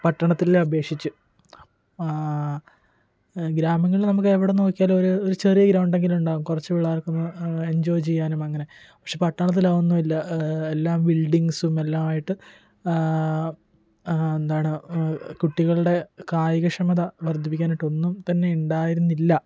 പട്ടണത്തിലെ അപേക്ഷിച്ച് ഗ്രാമങ്ങളിൽ നമുക്ക് എവിടെ നോക്കിയാലും ഒരു ഒരു ചെറിയ ഗ്രൗണ്ടങ്കിലും ഉണ്ടാകും കുറച്ച് പിള്ളേർക്കൊന്ന് എൻജോയ് ചെയ്യാനും അങ്ങനെ പക്ഷേ പട്ടണത്തിലതൊന്നും ഇല്ല എല്ലാം ബിൽഡിങ്സും എല്ലാം ആയിട്ട് എന്താണ് കുട്ടികളുടെ കായികക്ഷമത വർദ്ധിപ്പിക്കാനായിട്ട് ഒന്നും തന്നെ ഉണ്ടായിരുന്നില്ല